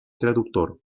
traductor